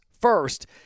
First